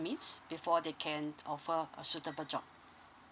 meet before they can offer a suitable job